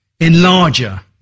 enlarger